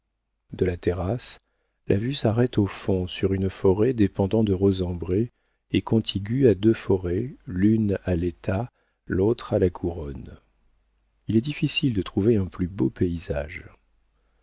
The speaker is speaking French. de la terrasse la vue s'arrête au fond sur une forêt dépendant de rosembray et contiguë à deux forêts l'une à l'état l'autre à la couronne il est difficile de trouver un plus beau paysage